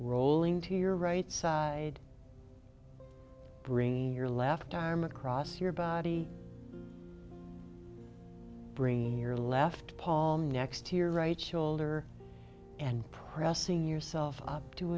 rolling to your right side bringing your left arm across your body brain your left paul next to your right shoulder and pressing yourself up to